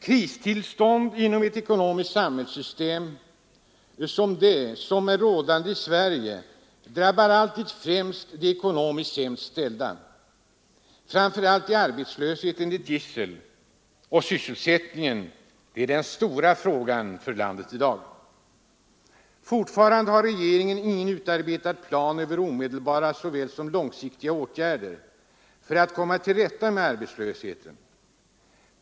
Kristillstånd inom ett ekonomiskt samhällssystem som det som är rådande i Sverige drabbar alltid och främst de ekonomiskt sämst ställda. Framför allt är arbetslösheten ett gissel. Sysselsättningen är den stora frågan för landet i dag. Fortfarande har regeringen ingen utarbetad plan över vare sig omedelbara eller långsiktiga åtgärder för att komma till rätta med arbetslösheten.